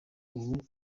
ubu